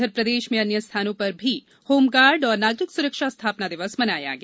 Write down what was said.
उधर प्रदेश में अन्य स्थानों पर भी होमगार्ड और नागरिक सुरक्षा स्थापना दिवस मनाया गया